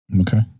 okay